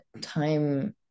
time